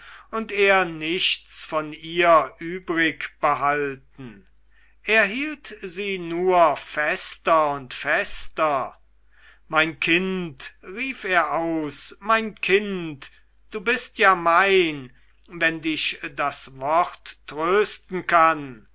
und er nichts von ihr übrigbehalten er hielt sie nur fester und fester mein kind rief er aus mein kind du bist ja mein wenn dich das wort trösten kann